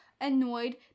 annoyed